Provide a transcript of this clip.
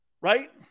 Right